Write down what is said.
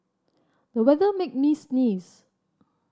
the weather made me sneeze